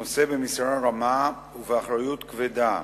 ונושא במשרה רמה ובאחריות כבדה,